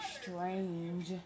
strange